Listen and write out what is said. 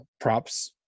props